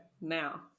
Now